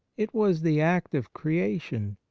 it was the act of creation.